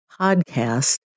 podcast